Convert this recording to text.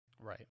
Right